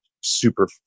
super